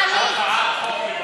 גזענית.